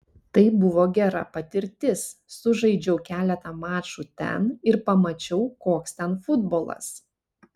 tai buvo gera patirtis sužaidžiau keletą mačų ten ir pamačiau koks ten futbolas